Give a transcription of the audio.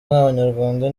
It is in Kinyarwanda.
nk’abanyarwanda